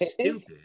Stupid